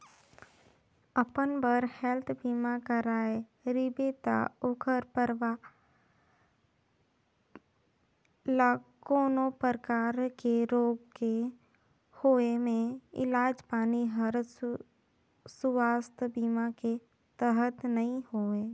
अपन बर हेल्थ बीमा कराए रिबे त ओखर परवार ल कोनो परकार के रोग के होए मे इलाज पानी हर सुवास्थ बीमा के तहत नइ होए